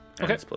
Okay